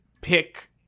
pick